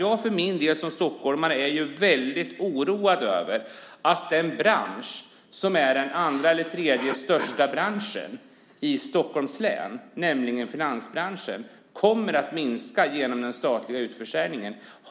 Som stockholmare är jag för egen del väldigt oroad över att den bransch som är den andra eller tredje största i Stockholms län, nämligen finansbranschen, kommer att minska genom den statliga utförsäljningen.